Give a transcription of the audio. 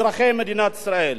אזרחי מדינת ישראל.